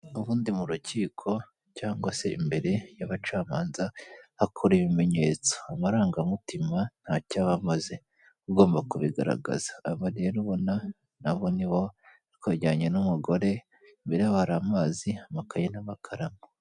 Ubundi mu rukiko cyangwa se imbere y'abacamanza hakora ibimenyetso amarangamutima ntacyo abamaze, ugomba kubigaragaza, aba rero ubona nabo nibo twejyeranye n'umugore imbere yaho hari amazi amakayi n'amakarama.